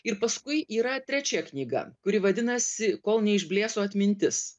ir paskui yra trečia knyga kuri vadinasi kol neišblėso atmintis